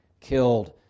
killed